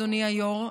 אדוני היו"ר,